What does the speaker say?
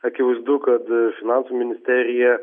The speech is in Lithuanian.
akivaizdu kad finansų ministerija